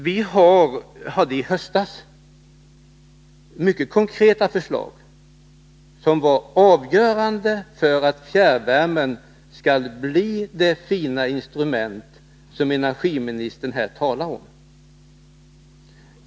Vi hade i höstas mycket konkreta förslag som var avgörande för att fjärrvärme skall bli det fina instrument som energiministern här talar om.